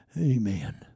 amen